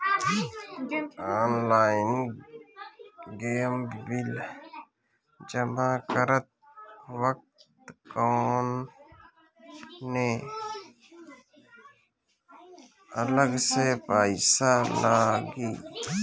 Online gas bill जमा करत वक्त कौने अलग से पईसा लागी?